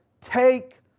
take